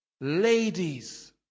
Ladies